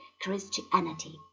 Christianity